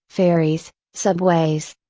ferries subways.